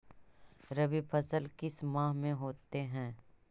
रवि फसल किस माह में होते हैं?